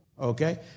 Okay